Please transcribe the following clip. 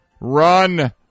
Run